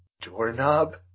doorknob